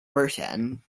burton